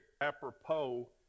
apropos